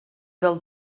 del